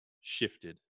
shifted